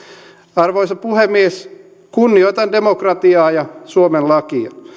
arvoisa puhemies kunnioitan demokratiaa ja suomen lakia